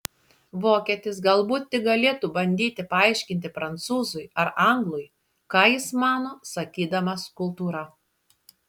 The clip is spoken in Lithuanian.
vokietis galbūt tik galėtų bandyti paaiškinti prancūzui ar anglui ką jis mano sakydamas kultūra